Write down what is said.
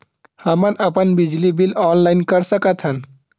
हमन अपन बिजली बिल ऑनलाइन कर सकत हन?